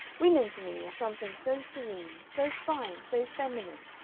women to me are something so serene, so fine, so feminine,